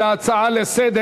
אלא על הצעה לסדר-היום.